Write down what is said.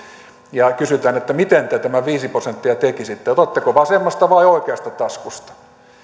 ja kysytään että miten te tämän viisi prosenttia tekisitte otatteko vasemmasta vai oikeasta taskusta